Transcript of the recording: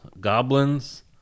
goblins